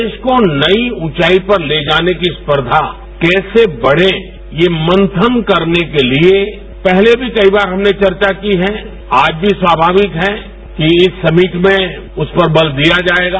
देश को नई फंचाई पर ले जाने की स्पर्धार्था कैसे बढ़े यह मंचन करने के लिए पहले भी कई बार हमने वर्चा की है आज भी स्वाभाविक है कि इस समिट में इस पर बल दिया जाएगा